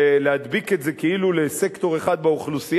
ולהדביק את זה כאילו לסקטור אחד באוכלוסייה.